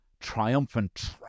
triumphant